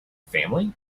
family